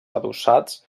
adossats